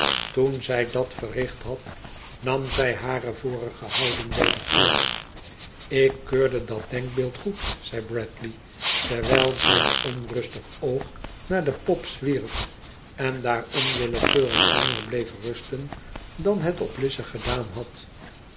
toen zij dat verricht had nam zij hare vorige houding weder aan ik keurde dat denkbeeld goed zei bradley terwijl zijn onrustig oog naar de pop zwierf en daar onwillekeurig langer bleef rusten dan het op lize gedaan had